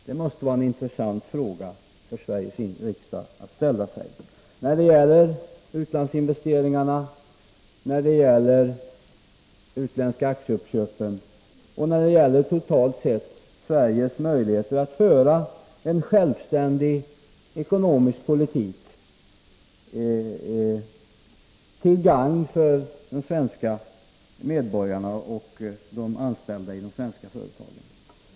Det måste vara intressant för Sveriges riksdag att söka svaret på frågan vad som kommer att hända när det gäller utlandsinvesteringar, när det gäller utländska aktieuppköp och när det totalt sett gäller Sveriges möjligheter att föra en självständig ekonomisk politik till gagn för de svenska medborgarna och de anställda i de svenska företagen.